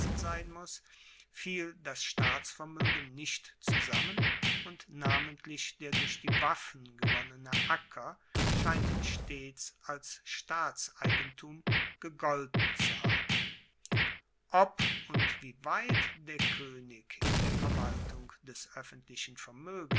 sein muss fiel das staatsvermoegen nicht zusammen und namentlich der durch die waffen gewonnene acker scheint stets als staatseigentum gegolten zu haben ob und wie weit der koenig in der verwaltung des oeffentlichen vermoegens